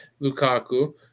Lukaku